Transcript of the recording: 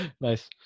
Nice